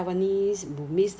but 没有飞机